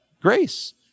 grace